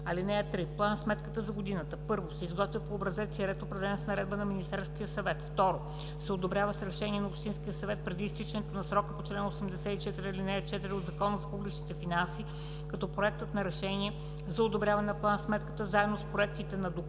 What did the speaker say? (3) План-сметката за годината: 1. се изготвя по образец и ред, определени с наредба на Министерския съвет; 2. се одобрява с решение на общинския съвет преди изтичането на срока по чл. 84, ал. 4 от Закона за публичните финанси, като проектът на решение за одобряване на план-сметката заедно с проектите на доклад